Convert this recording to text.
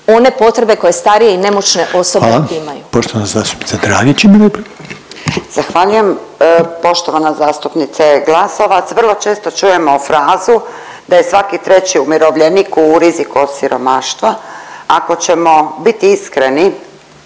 one potrebe koje starije i nemoćne osobe imaju. **Reiner, Željko (HDZ)** Poštovana zastupnica Dragić ima repliku. **Dragić, Irena (SDP)** Zahvaljujem. Poštovana zastupnice Glasovac vrlo često čujemo frazu da je svaki treći umirovljenik u riziku od siromaštva. Ako ćemo biti iskreni